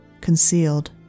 concealed